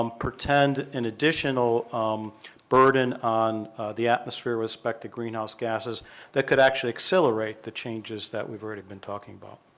um pretend an additional um burden on the atmosphere with respect to greenhouse gases that could actually accelerate the changes that we've already been talking about.